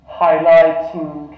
highlighting